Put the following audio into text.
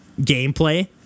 gameplay